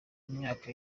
imyaka